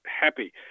happy